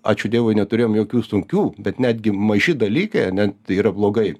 ačiū dievui neturėjom jokių sunkių bet netgi maži dalykai ane tai yra blogai